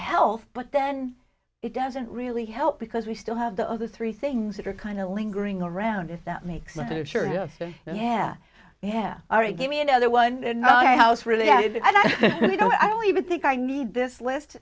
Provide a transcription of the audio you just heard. health but then it doesn't really help because we still have the other three things that are kind of lingering around if that makes sure yeah yeah all right give me another one know my house really i don't i don't even think i need this list